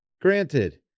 granted